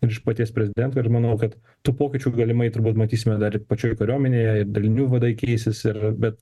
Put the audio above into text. iš paties prezidento ir manau kad tų pokyčių galimai turbūt matysime dar ir pačioje kariuomenėje ir dalinių vadai keisis ir bet